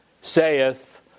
saith